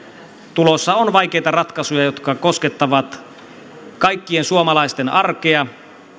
tulossa on vaikeita ratkaisuja jotka koskettavat kaikkien suomalaisten arkea